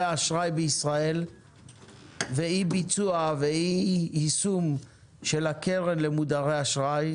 האשראי בישראל ואי יישום של הקרן למודרי אשראי,